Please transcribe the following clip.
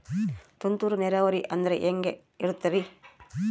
ತುಂತುರು ನೇರಾವರಿ ಅಂದ್ರೆ ಹೆಂಗೆ ಇರುತ್ತರಿ?